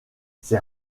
ses